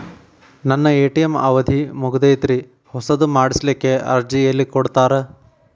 ನನ್ನ ಎ.ಟಿ.ಎಂ ಅವಧಿ ಮುಗದೈತ್ರಿ ಹೊಸದು ಮಾಡಸಲಿಕ್ಕೆ ಅರ್ಜಿ ಎಲ್ಲ ಕೊಡತಾರ?